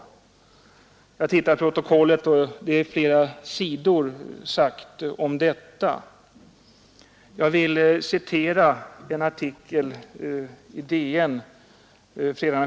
Jag har tittat i protokollet, och vad han sade om detta upptar flera sidor.